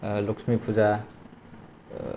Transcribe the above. ओ लकस्मि फुजा